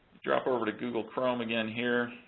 drop over to google chrome again, here.